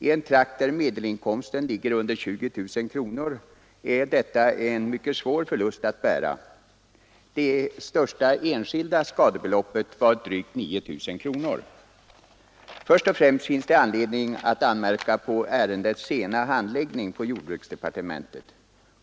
I en trakt där medelinkomsten är mindre än 20 000 kronor är detta en svår förlust att bära. Det största enskilda skadebeloppet var drygt 9 000 kronor. Först finns det anledning att anmärka på ärendets sena handläggning i jordbruksdepartementet.